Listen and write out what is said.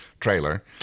trailer